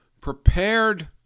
prepared